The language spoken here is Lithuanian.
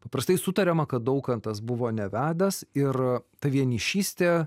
paprastai sutariama kad daukantas buvo nevedęs ir tą vienišystė